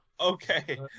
Okay